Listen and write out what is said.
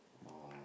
oh